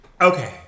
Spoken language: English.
Okay